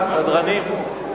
סדרנים.